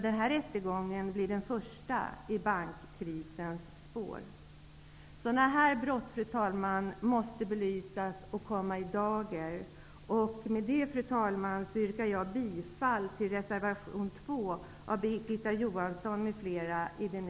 Den här rättegången blir den första i bankkrisens spår. Sådana här brott, fru talman, måste belysas och komma i dagen. Fru talman! Med det yrkar jag bifall till reservation